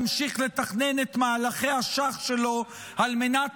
ממשיך לתכנן את מהלכי השח שלו על מנת